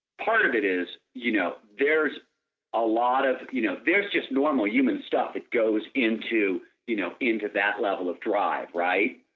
part of it is you know there is a lot of you know there is just normal human stuff that goes into you know into that level of drive, right?